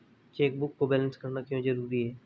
Chequebook को balance करना क्यों जरूरी है?